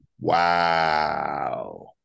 Wow